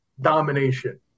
domination